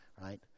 right